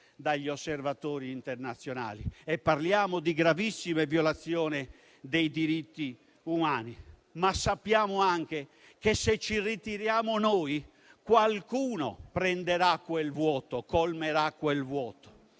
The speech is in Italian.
dagli osservatori internazionali: parliamo di gravissime violazioni dei diritti umani; tuttavia sappiamo anche che se ci ritiriamo noi, qualcuno colmerà quel vuoto;